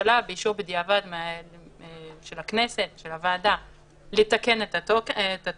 לממשלה באישור בדיעבד של הכנסת ושל הוועדה לתקן את התוכן.